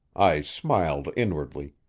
i smiled inwardly,